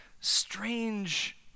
strange